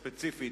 ספציפית,